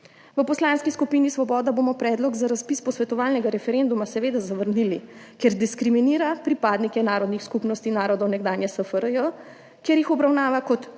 V Poslanski skupini Svoboda bomo predlog za razpis posvetovalnega referenduma seveda zavrnili, ker diskriminira pripadnike narodnih skupnosti narodov nekdanje SFRJ, ker jih obravnava kot